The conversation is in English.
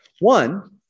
One